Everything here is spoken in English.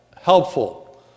helpful